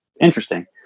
interesting